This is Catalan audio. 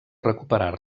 recuperar